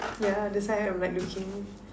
yeah that's why I'm like looking